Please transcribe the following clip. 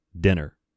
dinner